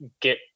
get